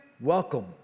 welcome